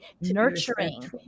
nurturing